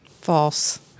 False